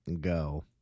go